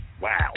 Wow